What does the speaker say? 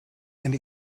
and